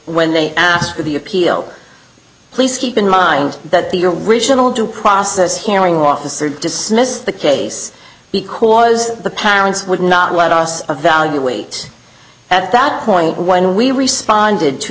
when they asked for the appeal please keep in mind that the original due process hearing officer dismissed the case because the parents would not let us evaluate at that point when we responded to